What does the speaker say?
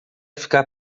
ficar